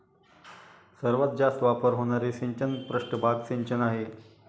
सर्वात जास्त वापर होणारे सिंचन पृष्ठभाग सिंचन आहे